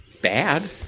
bad